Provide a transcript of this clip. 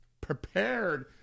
prepared